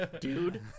Dude